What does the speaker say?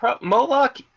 Moloch